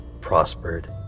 prospered